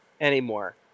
anymore